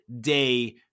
day